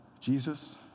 Jesus